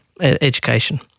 education